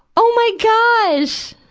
oh my gosh!